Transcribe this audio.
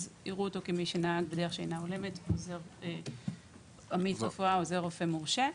אז יראו אותו כמי שנהג בדרך שאינה הולמת עמית רפואה או עוזר רופא מורשה.